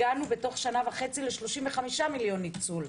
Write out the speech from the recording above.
הגענו תוך שנה וחצי ל-35 מיליון ניצול.